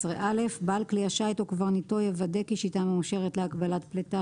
בעל כלי השיט או קברניטו יוודא כי שיטה מאושרת להגבלת פליטה,